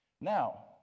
Now